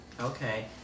Okay